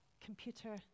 computer